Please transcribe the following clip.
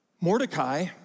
Mordecai